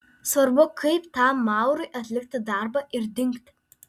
svarbu kaip tam maurui atlikti darbą ir dingti